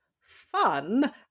fun